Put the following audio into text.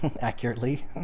accurately